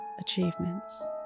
achievements